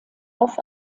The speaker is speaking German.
auf